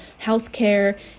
healthcare